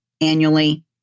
annually